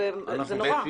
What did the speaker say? זה נורא.